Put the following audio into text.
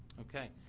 okay.